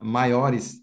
maiores